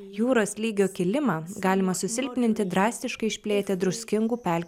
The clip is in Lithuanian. jūros lygio kilimą galima susilpninti drastiškai išplėtę druskingų pelkių